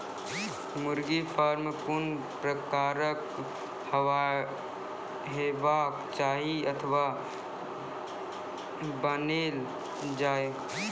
मुर्गा फार्म कून प्रकारक हेवाक चाही अथवा बनेल जाये?